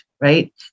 right